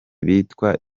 bitwa